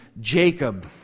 Jacob